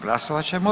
Glasovat ćemo.